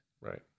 Right